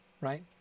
right